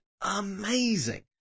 amazing